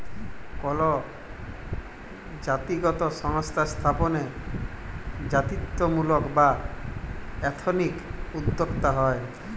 call জাতিগত সংস্থা স্থাপনে জাতিত্বমূলক বা এথনিক উদ্যক্তা হ্যয়